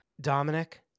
Dominic